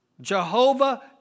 Jehovah